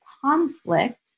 conflict